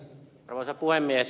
arvoisa puhemies